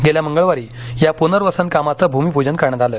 गेल्या मंगळवारी या पूनर्वसन कामाचंभूमीपूजन करण्यात आलं